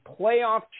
playoff